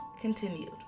continued